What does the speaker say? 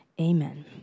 amen